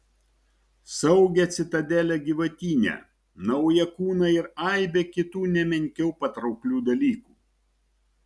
saugią citadelę gyvatyne naują kūną ir aibę kitų ne menkiau patrauklių dalykų